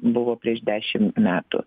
buvo prieš dešim metų